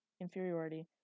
inferiority